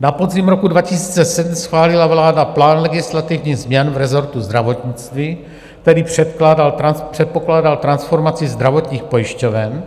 Na podzim roku 2007 schválila vláda plán legislativních změn v rezortu zdravotnictví, který předpokládal transformaci zdravotních pojišťoven